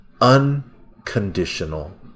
unconditional